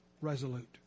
resolute